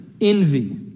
envy